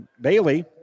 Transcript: Bailey